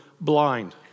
blind